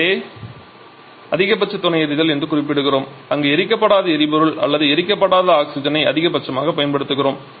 அதையே அதிகபட்ச துணை எரிதல் என்று குறிப்பிடுகிறோம் அங்கு எரிக்கப்படாத எரிபொருள் அல்லது எரிக்கப்படாத ஆக்ஸிஜனை அதிகபட்சமாக பயன்படுத்துகிறோம்